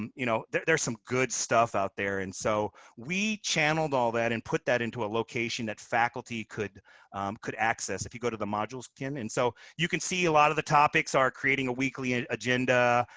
um you know there's some good stuff out there. and so we channeled all that and put that into a location that faculty could could access. if you go to the modules, ken? and so you can see, a lot of the topics are creating a weekly ah agenda.